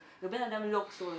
אני לא בן אדם שלא קשור לנושא,